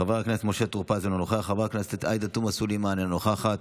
חבר הכנסת משה טור פז, אינו נוכח,